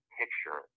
picture